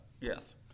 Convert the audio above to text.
yes